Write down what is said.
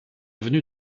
venue